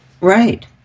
Right